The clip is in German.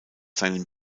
seinen